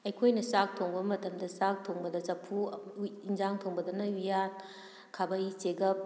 ꯑꯩꯈꯣꯏꯅ ꯆꯥꯛ ꯊꯣꯡꯕ ꯃꯇꯝꯗ ꯆꯥꯛ ꯊꯣꯡꯕꯗ ꯆꯐꯨ ꯌꯦꯟꯁꯥꯡ ꯊꯣꯡꯕꯗꯅ ꯎꯌꯥꯟ ꯈꯥꯕꯩ ꯆꯦꯒꯞ